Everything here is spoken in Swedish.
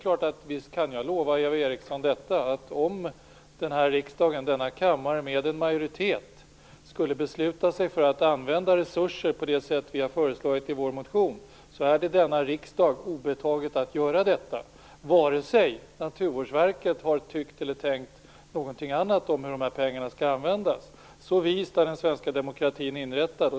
Visst kan jag lova Eva Eriksson att om den här riksdagen, denna kammare, med en majoritet skulle besluta sig för att använda resurser på det sätt vi har föreslagit i vår motion är det denna riksdag obetaget att göra detta, vare sig Naturvårdsverket har tyckt eller tänkt någonting annat om hur de här pengarna skall användas. Så vist är den svenska demokratin inrättad.